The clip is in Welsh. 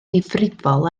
difrifol